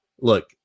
look